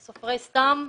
סופרי סתם.